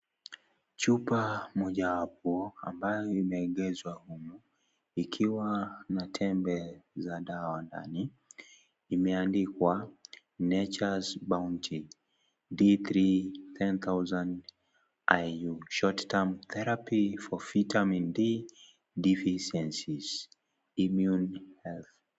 Chupa mojawapo, ambayo imeegezwa humu, ikiwa na tembe, za dawa ndani, imeandikwa, (cs)natures baunty, D3, 10000IU, short-term, therapy for vitamin 3, deficiencies immune health(cs).